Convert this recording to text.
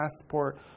passport